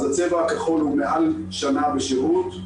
הצבע הכחול הוא מעל שנה בשירות,